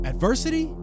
Adversity